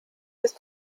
ist